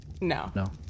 No